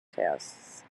tests